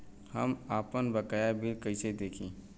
हम आपनबकाया बिल कइसे देखि?